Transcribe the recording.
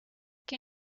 que